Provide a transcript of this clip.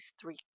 three